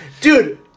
Dude